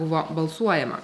buvo balsuojama